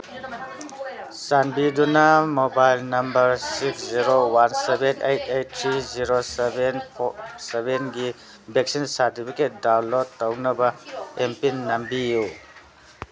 ꯆꯥꯟꯕꯤꯗꯨꯅ mobile number six zero one seven eight eight three zero seven four ꯁꯕꯦꯟꯒꯤ vaccine certificate download ꯇꯧꯅꯕ M pin ꯅꯝꯕꯤꯌꯨ